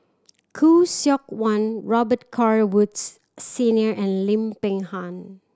Khoo Seok Wan Robet Carr Woods Senior and Lim Peng Han